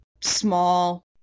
small